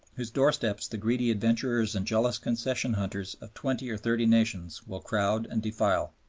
whose doorsteps the greedy adventurers and jealous concession-hunters of twenty or thirty nations will crowd and defile.